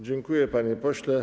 Dziękuję, panie pośle.